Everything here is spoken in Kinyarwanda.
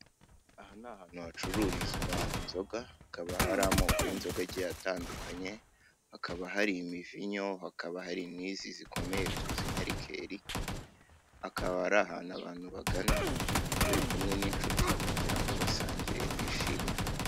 Aha ni ahantu hacururizwa inzoga hakaba hari amoko y'inzoga agiye atandukanye hakaba hari imivinyo hakaba hari n'izi zikomeye tuzi nka rikeri akaba ari ahantu abantu bagana bari kumwe n'inshuti kugira ngo basangire bishimane.